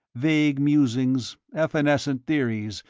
vague musings, evanescent theories,